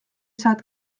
saad